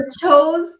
chose